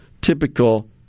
typical